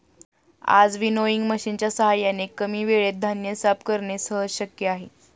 आज विनोइंग मशिनच्या साहाय्याने कमी वेळेत धान्य साफ करणे सहज शक्य आहे